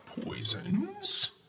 poisons